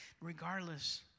regardless